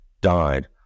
died